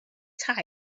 tire